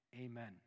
amen